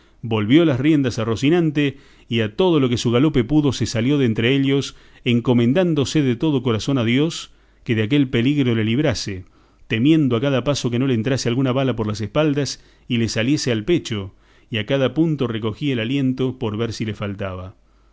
volvió las riendas a rocinante y a todo lo que su galope pudo se salió de entre ellos encomendándose de todo corazón a dios que de aquel peligro le librase temiendo a cada paso no le entrase alguna bala por las espaldas y le saliese al pecho y a cada punto recogía el aliento por ver si le faltaba